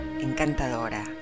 encantadora